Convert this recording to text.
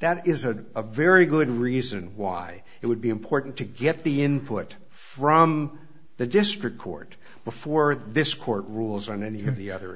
that is a very good reason why it would be important to get the input from the district court before this court rules on any of the other